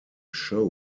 show